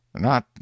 Not